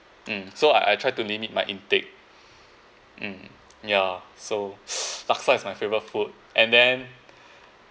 mm so I I try to limit my intake mm ya so laksa is my favourite food and then